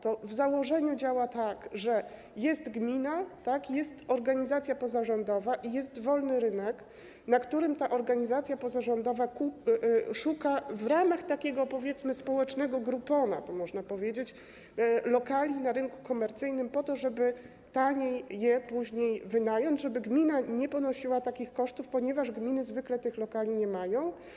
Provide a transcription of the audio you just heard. To w założeniu działa tak, że jest gmina, jest organizacja pozarządowa i jest wolny rynek, na którym ta organizacja pozarządowa szuka w ramach takiego, powiedzmy, społecznego Groupona, bo można tak powiedzieć, lokali na rynku komercyjnym po to, żeby taniej je później wynająć, żeby gmina nie ponosiła takich kosztów, ponieważ gminy zwykle takich lokali nie mają.